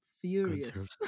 furious